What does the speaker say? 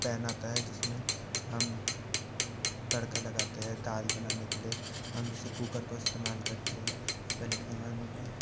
pan आता है जिसमें हम तड़का लगते हैं दाल बनाने के लिए हम जैसे कूकर को इस्तेमाल करते हैं पहले के जमाने में